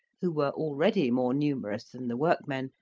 who were already more numerous than the workmen,